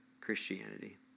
Christianity